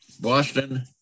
Boston